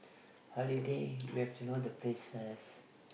holiday you have to know the place first